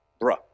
Bruh